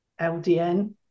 LDN